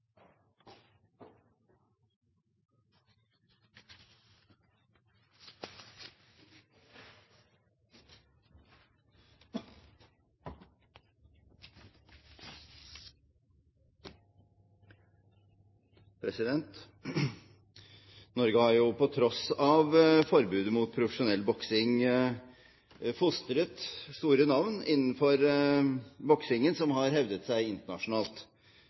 på tross av forbudet mot profesjonell boksing, fostret store navn innenfor boksingen som har hevdet seg internasjonalt.